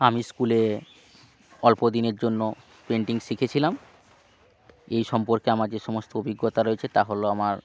আমি স্কুলে অল্পদিনের জন্য পেন্টিং শিখেছিলাম এই সম্পর্কে আমার যে সমস্ত অভিজ্ঞতা রয়েছে তা হলো আমার